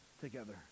together